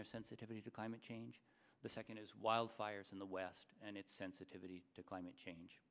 their sensitivity to climate change the second is wildfires in the west and its sensitivity to climate change